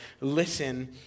listen